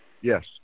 Yes